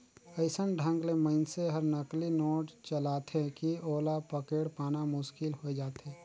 अइसन ढंग ले मइनसे हर नकली नोट चलाथे कि ओला पकेड़ पाना मुसकिल होए जाथे